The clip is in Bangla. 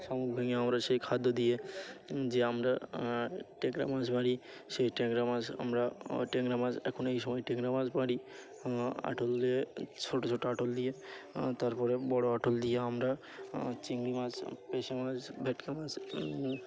শামুক ভেঙে আমরা সেই খাদ্য দিয়ে যে আমরা টেকরা মাছ বাড়ি সেই ট্যাংরা মাছ আমরা ট্যাংরা মাছ এখন এই সময় ট্যাংরা মাছ বাড়ি আটল দিয়ে ছোটো ছোটো আটল দিয়ে তারপরে বড়ো আটল দিয়ে আমরা চিংড়ি মাছ পেেশি মাছ ভেটকি মাছ